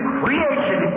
creation